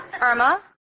Irma